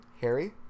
harry